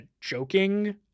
joking